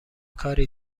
کاری